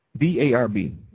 B-A-R-B